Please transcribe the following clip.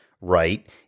Right